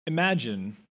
Imagine